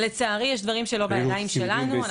לצערי, יש דברים שלא בידיים שלנו.